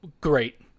great